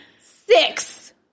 six